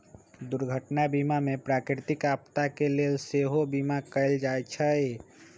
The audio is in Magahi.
दुर्घटना बीमा में प्राकृतिक आपदा के लेल सेहो बिमा कएल जाइ छइ